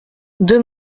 deux